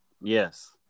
Yes